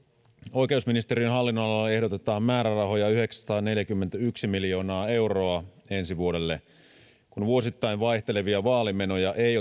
oikeusministeriön hallinnonalalle ehdotetaan määrärahoja yhdeksänsataaneljäkymmentäyksi miljoonaa euroa ensi vuodelle kun vuosittain vaihtelevia vaalimenoja ei